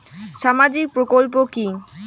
সামাজিক প্রকল্প কি?